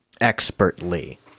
Expertly